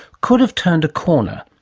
could have turned a corner,